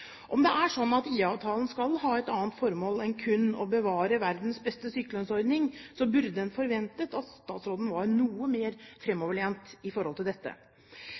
Om det er sånn at IA-avtalen skal ha et annet formål enn kun å bevare verdens beste sykelønnsordning, burde en forventet at statsråden var noe mer fremoverlent i forhold til dette.